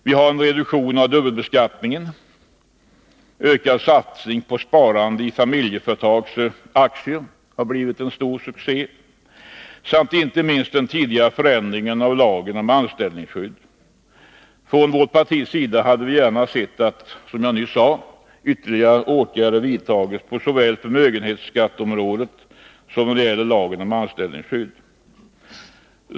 Vi har en reduktion av dubbelbeskattningen, ökad satsning på sparande i familjeföretags aktier, som har blivit en stor succé, samt inte minst den tidigare förändringen av lagen om anställningsskydd. Från vårt partis sida hade vi gärna sett, som jag nyss sade, att ytterligare åtgärder vidtagits såväl på förmögenhetsskatteområdet som när det gäller lagen om anställningsskydd.